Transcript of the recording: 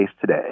today